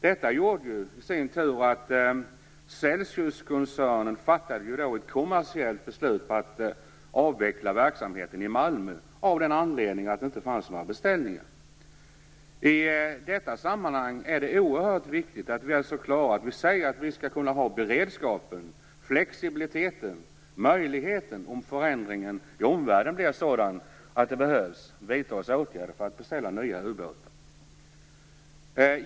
Detta gjorde i sin tur att Celsiuskoncernen fattade ett kommersiellt beslut att avveckla verksamheten i Malmö, med anledning av att det inte fanns några beställningar. I detta sammanhang är det oerhört viktigt att vi är så klara att vi säger att vi skall kunna ha beredskapen, flexibiliteten och möjligheten om förändringen i omvärlden blir sådan att det behövs vidtas åtgärder för att beställa nya ubåtar.